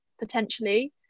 potentially